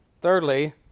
thirdly